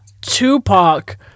Tupac